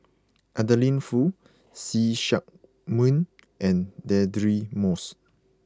Adeline Foo See Chak Mun and Deirdre Moss